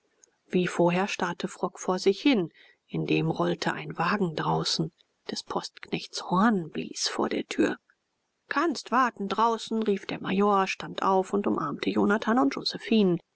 wie vorher starrte frock vor sich hin indem rollte ein wagen draußen des postknechts horn blies vor der tür kannst warten draußen rief der major stand auf und umarmte jonathan und josephinen